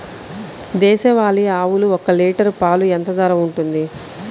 దేశవాలి ఆవులు ఒక్క లీటర్ పాలు ఎంత ధర ఉంటుంది?